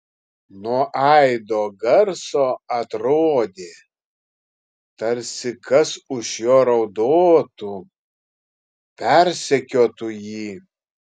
nuo aido garso atrodė tarsi kas už jo raudotų persekiotų jį